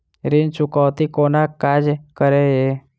ऋण चुकौती कोना काज करे ये?